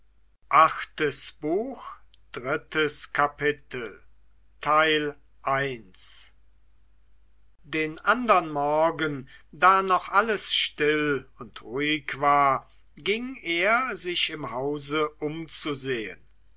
drittes kapitel den andern morgen da noch alles still und ruhig war ging er sich im hause umzusehen